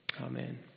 amen